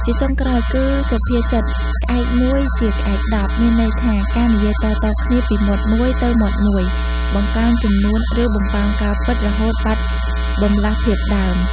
ជាចុងក្រោយគឺសុភាសិត "ក្អែកមួយជាក្អែកដប់" មានអត្ថន័យថា ការនិយាយតៗគ្នាពីមាត់មួយទៅមាត់មួយ បង្កើនចំនួនឬបំប៉ោងការពិតរហូតបាត់បម្លាស់ភាពដើម។